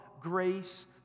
grace